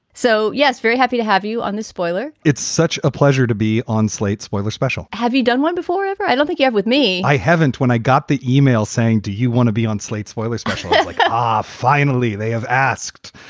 so, yes, very happy to have you on the spoiler it's such a pleasure to be on slate's spoiler special have you done one before ever? i don't think you have with me i haven't. when i got the email saying, do you want to be on slate's foiler special look? yeah ah finally, they have asked,